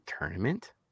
tournament